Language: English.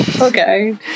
Okay